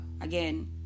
again